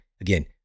Again